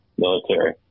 Military